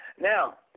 Now